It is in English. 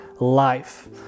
life